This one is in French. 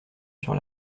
sur